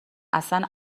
اصن